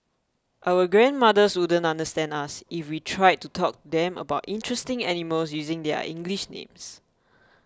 our grandmothers wouldn't understand us if we tried to talk to them about interesting animals using their English names